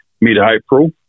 mid-April